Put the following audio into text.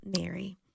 Mary